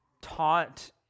taught